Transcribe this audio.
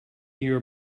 your